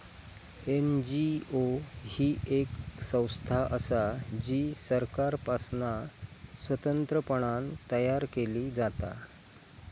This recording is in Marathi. एन.जी.ओ ही येक संस्था असा जी सरकारपासना स्वतंत्रपणान तयार केली जाता